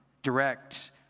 direct